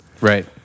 Right